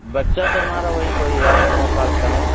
بچہ تو ہمارا وہی کوئی آٹھ نو سال کا ہے